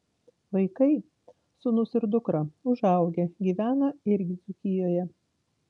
vaikai sūnus ir dukra užaugę gyvena irgi dzūkijoje